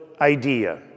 idea